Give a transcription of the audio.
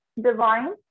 Divine